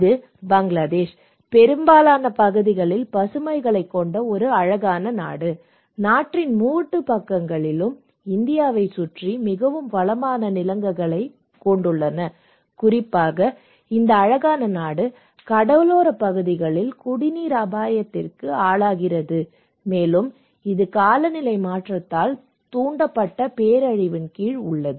இது பங்களாதேஷ் பெரும்பாலான பகுதிகளில் பசுமைகளைக் கொண்ட ஒரு அழகான நாடு நாட்டின் மூன்று பக்கங்களும் இந்தியாவைச் சுற்றி மிகவும் வளமான நிலங்களைக் கொண்டுள்ளன குறிப்பாக இந்த அழகான நாடு கடலோரப் பகுதிகளில் குடிநீர் அபாயத்திற்கு ஆளாகிறது மேலும் இது காலநிலை மாற்றத்தால் தூண்டப்பட்ட பேரழிவின் கீழ் உள்ளது